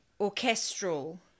Orchestral